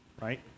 right